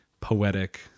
poetic